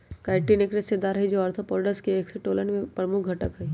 chitin एक रेशेदार हई, जो आर्थ्रोपोड्स के एक्सोस्केलेटन में प्रमुख घटक हई